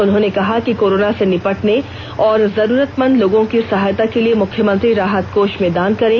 उन्होंने कहा है कि कोरोना से निपटने ओर जरूरतमंद लोगों की सहायता के लिए मुख्यमंत्री राहत कोष में दान करें